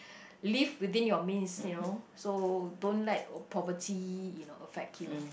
live within your means you know so don't let poverty you know affect you